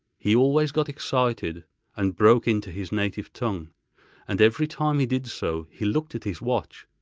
he always got excited and broke into his native tongue and every time he did so, he looked at his watch.